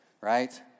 right